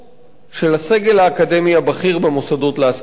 של הסגל האקדמי הבכיר במוסדות להשכלה גבוהה.